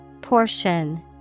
Portion